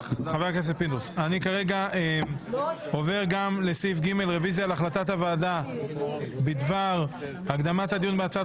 אני עובר לסעיף ג' רוויזיה על החלטת הוועדה בדבר הקדמת הדיון בהצעת